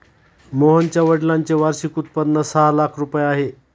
मोहनच्या वडिलांचे वार्षिक उत्पन्न सहा लाख रुपये आहे